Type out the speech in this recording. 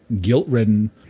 guilt-ridden